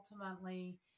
ultimately